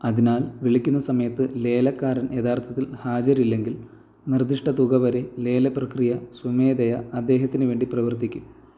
അതിനാൽ വിളിക്കുന്ന സമയത്ത് ലേലക്കാരൻ യഥാർത്ഥത്തിൽ ഹാജരില്ലെങ്കിൽ നിർദ്ദിഷ്ട തുകവരെ ലേലപ്രക്രിയ സ്വമേധയാ അദ്ദേഹത്തിന് വേണ്ടി പ്രവർത്തിക്കും